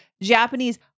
Japanese